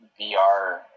VR